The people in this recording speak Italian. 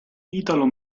italo